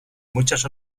muchas